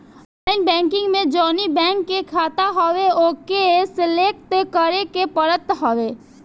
online banking में जवनी bank के खाता हवे ओके सलेक्ट करे के पड़त हवे